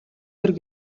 морь